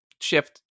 shift